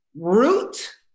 root